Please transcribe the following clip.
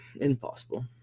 impossible